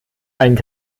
einen